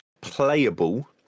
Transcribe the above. playable